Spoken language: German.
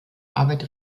arbeit